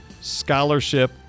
scholarship